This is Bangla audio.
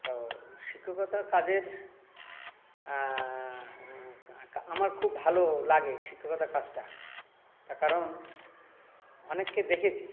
তো শিক্ষকতা কাজের আমার খুব ভালো লাগে শিক্ষকতা কাজটা তার কারণ অনেককে দেখেছি